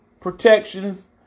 protections